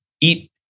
eat